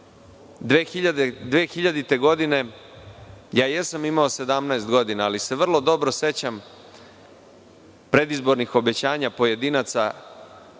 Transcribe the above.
2000. ja jesam imao 17 godina, ali se vrlo dobro sećam predizbornih obećanja pojedinaca